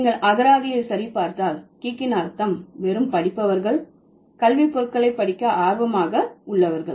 நீங்கள் அகராதியை சரிபார்த்தால் கீக்கின் அர்த்தம் வெறும் படிப்பவர்கள் கல்வி பொருட்களை படிக்க ஆர்வமாக உள்ளவர்கள்